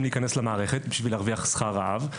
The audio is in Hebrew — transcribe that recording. להיכנס למערכת בשביל להרוויח שכר רעב,